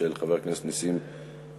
של חבר הכנסת נסים זאב,